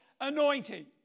anointing